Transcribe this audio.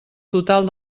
total